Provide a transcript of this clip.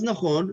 אז נכון,